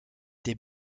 des